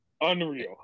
Unreal